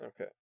Okay